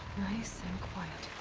nice and quiet.